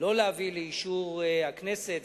לא להביא לאישור הכנסת.